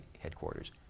headquarters